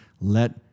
let